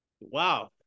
Wow